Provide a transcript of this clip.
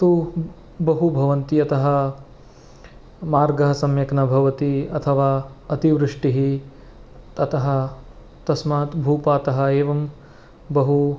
तु बहु भवन्ति अतः मार्गः सम्यक् न भवति अथवा अतिवृष्टिः अतः तस्मात् भूपातः एवं बहु